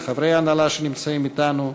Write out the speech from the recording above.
וחברי ההנהלה שנמצאים אתנו,